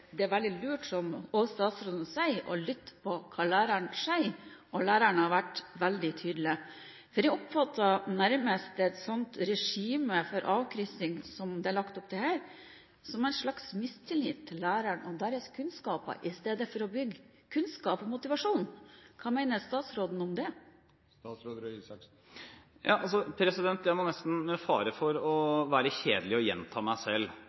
det er veldig lurt, som også statsråden sier, å lytte til hva lærerne sier, og lærerne har vært veldig tydelige. For jeg oppfatter et slikt regime for avkryssing som det er lagt opp til her, nærmest som en slags mistillit til lærerne og deres kunnskap i stedet for å bygge kunnskap og motivasjon. Hva mener statsråden om det? Jeg må nesten – med fare for å være kjedelig – gjenta meg selv: